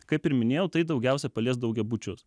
kaip ir minėjau tai daugiausia palies daugiabučius